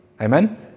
Amen